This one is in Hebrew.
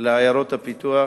לעיירות הפיתוח